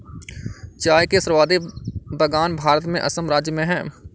चाय के सर्वाधिक बगान भारत में असम राज्य में है